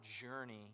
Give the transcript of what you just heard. journey